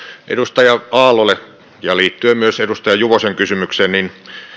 edustaja aallolle ja liittyen myös edustaja juvosen kysymykseen